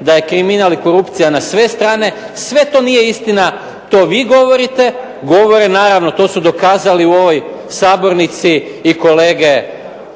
da je kriminal i korupcija na sve strane – sve to nije istina, to vi govorite, govore naravno to su dokazali u ovoj sabornici i kolege